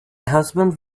husband